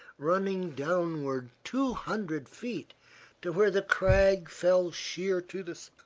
running downward two hundred feet to where the crag fell sheer to the sea.